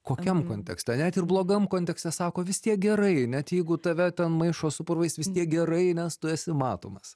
kokiam kontekste net ir blogam kontekste sako vis tiek gerai net jeigu tave ten maišo su purvais vis tiek gerai nes tu esi matomas